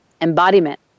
embodiment